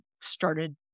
started